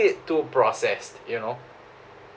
too processed you know